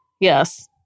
Yes